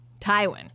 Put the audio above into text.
Tywin